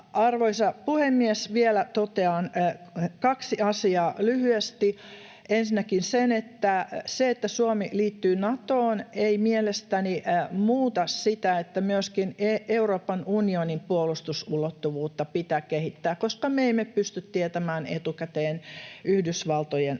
Arvoisa puhemies! Vielä totean kaksi asiaa lyhyesti. Ensinnäkin sen, että se, että Suomi liittyy Natoon, ei mielestäni muuta sitä, että myöskin Euroopan unionin puolustusulottuvuutta pitää kehittää, koska me emme pysty tietämään etukäteen Yhdysvaltojen tulevaa